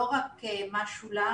לא רק מה שולם,